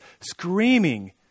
screaming